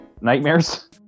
nightmares